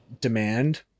demand